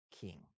king